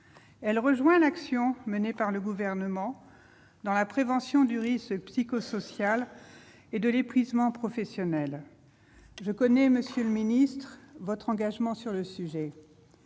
Elle rejoint l'action menée par le Gouvernement dans la prévention du risque psychosocial et de l'épuisement professionnel ; monsieur le ministre, je connais votre engagement en la